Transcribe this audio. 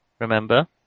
Remember